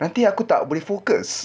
nanti aku tak boleh focus